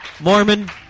Mormon